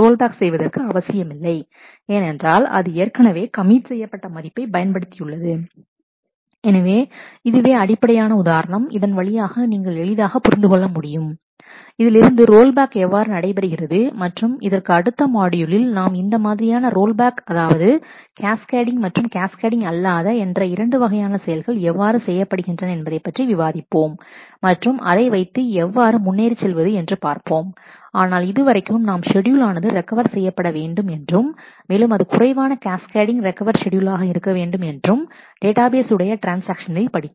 role back செய்வதற்கு அவசியமில்லை ஏனென்றால் அது ஏற்கனவே கமிட் செய்யப்பட்ட மதிப்பை பயன்படுத்தியுள்ளது எனவே இதுவே அடிப்படையான உதாரணம் இதன் வழியாக நீங்கள் எளிதாக புரிந்து கொள்ள முடியும் இதிலிருந்து ரோல்பேக் எவ்வாறு நடைபெறுகிறது மற்றும் இதற்கு அடுத்த மாட்யூலில் நாம் இந்த மாதிரியான ரோல் பேக் அதாவது கேஸ்கேடிங் மற்றும் கேஸ்கேடிங் அல்லாத என்ற இரண்டு வகையான செயல்கள் எவ்வாறு செய்யப்படுகின்றன என்பதைப் பற்றி விவாதிப்போம் மற்றும் அதை வைத்து எவ்வாறு முன்னேறிச் செல்வது என்று பார்ப்போம் ஆனால் இதுவரைக்கும் நாம் ஷெட்யூல் ஆனது ரெக்கவர் செய்யப்பட வேண்டும் என்றும் மேலும் அது குறைவான கேஸ்கேடிங் ரெக்கவர் ஷெட்யூலாக இருக்க வேண்டும் என்றும் டேட்டாபேஸ் உடைய ட்ரான்ஸ்ஆக்ஷனில் படித்தோம்